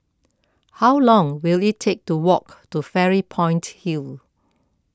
how long will it take to walk to Fairy Point Hill